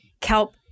kelp